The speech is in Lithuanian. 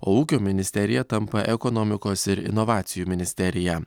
o ūkio ministerija tampa ekonomikos ir inovacijų ministerija